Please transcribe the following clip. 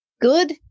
Good